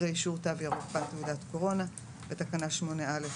אחרי "אישור "תו ירוק"" בא "תעודת קורונה"; בתקנה 8א,